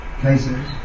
places